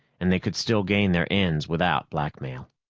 and they could still gain their ends without blackmail.